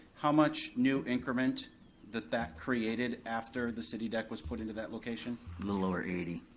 how much new increment that that created after the city deck was put into that location? little over eighty.